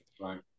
Right